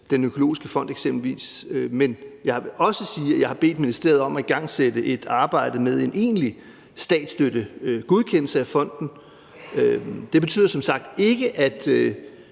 den økologiske fond. Men jeg vil også sige, at jeg har bedt ministeriet om at igangsætte et arbejde med en egentlig statsstøttegodkendelse af fonden. Det betyder som sagt ikke, at